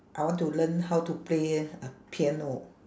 I want to learn how to play a piano